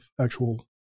actual